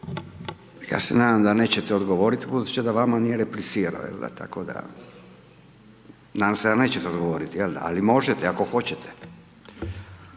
Ja se nadam da nećete odgovoriti, budući da vama nije replicirao, tako da, nadam se da nećete odgovoriti, jel da, ali možete ako hoćete.